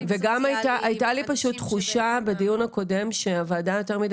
אנשים שבאמת -- הייתה לי פשוט תחושה בדיון הקודם שהוועדה יותר מדי